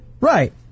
Right